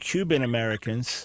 Cuban-Americans